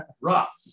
Rough